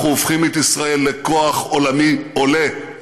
אנחנו הופכים את ישראל לכוח עולמי עולה.